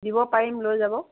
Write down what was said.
দিব পাৰিম লৈ যাব